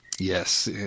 Yes